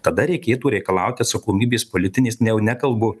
tada reikėtų reikalauti atsakomybės politinės ne jau nekalbu